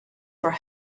for